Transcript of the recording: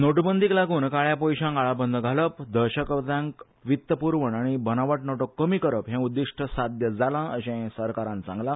नोटबंदीक लागुन काळ्या पैशांक आळाबंद घालप दहशतवाद्यांक वित्तपुरवण आनी बनावट नोटो कमी करप हे उद्दीष्ट बरेतरेन साद्य जाला अशे सरकारान सांगला